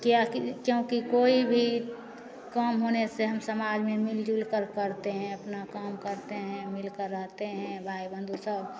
क्या कि क्योंकि कोई भी काम होने से हम समाज में मिलजुल कर करते हैं अपना काम करते हैं मिल कर रहते हैं भाई बंधु सब